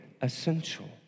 essential